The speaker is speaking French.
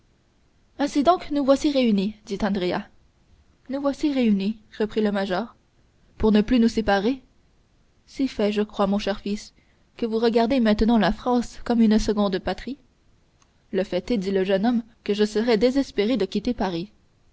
ainsi donc nous voici réunis dit andrea nous voici réunis reprit le major pour ne plus nous séparer si fait je crois mon cher fils que vous regardez maintenant la france comme une seconde patrie le fait est dit le jeune homme que je serais désespéré de quitter paris